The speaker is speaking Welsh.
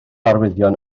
arwyddion